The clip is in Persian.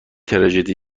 تراژدی